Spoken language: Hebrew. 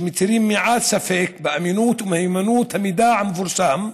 שמותירים מעט ספק בדבר אמינות ומהימנות המידע המפורסם.